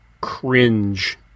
cringe